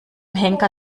henker